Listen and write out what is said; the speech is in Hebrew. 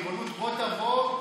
ריבונות בוא תבוא,